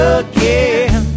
again